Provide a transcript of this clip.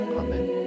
Amen